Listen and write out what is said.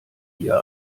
wir